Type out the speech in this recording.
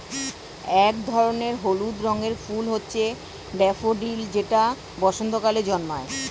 এক ধরনের হলুদ রঙের ফুল হচ্ছে ড্যাফোডিল যেটা বসন্তকালে জন্মায়